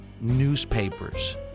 newspapers